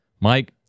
Mike